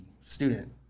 student